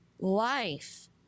life